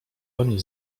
oni